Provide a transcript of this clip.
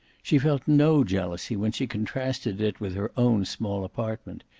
she felt no jealousy when she contrasted it with her own small apartment.